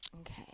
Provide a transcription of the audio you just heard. Okay